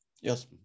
Yes